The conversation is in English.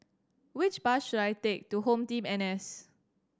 which bus should I take to HomeTeam N S